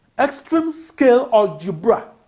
extreme-scale algebra